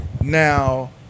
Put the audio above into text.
Now